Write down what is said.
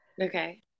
okay